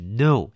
no